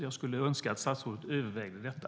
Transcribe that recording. Jag skulle önska att statsrådet övervägde detta.